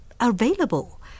available